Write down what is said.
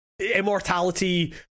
immortality